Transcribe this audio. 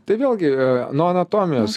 tai vėlgi nuo anatomijos